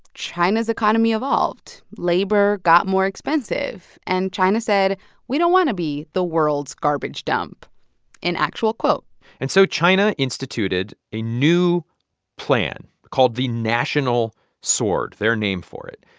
china's economy evolved. labor got more expensive. and china said we don't want to be the world's garbage dump an actual quote and so china instituted a new plan called the national sword their name for it.